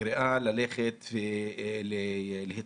בקריאה ללכת להתחסן.